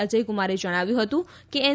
અજય કુમારે જણાવ્યું હતું કે એન